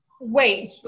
Wait